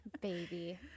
Baby